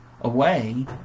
away